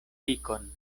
tikon